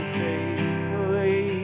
faithfully